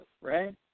right